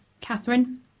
Catherine